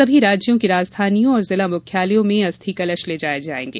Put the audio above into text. सभी राज्यों की राजधानियों और जिला मुख्यांलयों में अस्थी कलश ले जाए जाएंगे